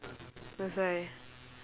that's why